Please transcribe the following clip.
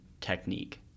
technique